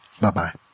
Bye-bye